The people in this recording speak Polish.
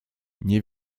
nie